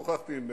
גם שוחחתי עם